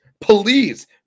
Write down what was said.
Please